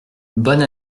bonne